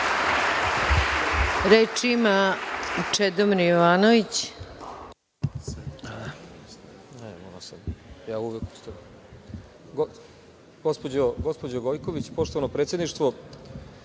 Reč ima Čedomir Jovanović.